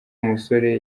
musore